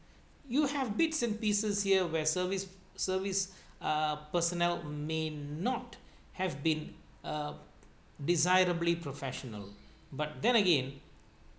you have bits and pieces here where service service err personnel may not have been a desirably professional but then again